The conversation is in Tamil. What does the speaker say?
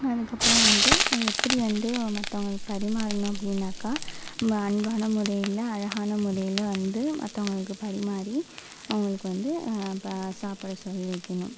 அதுக்கப்புறோம் வந்து எப்படி வந்து மற்றவங்களுக் பரிமாறணும் அப்படினாக்கா நம்ப அன்பான முறையில அழகான முறையில வந்து மற்றவங்களுக்கு பரிமாறி அவங்களுக்கு வந்து இப்போ சாப்பாடு சொல்லி வைக்கிணும்